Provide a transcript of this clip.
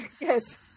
Yes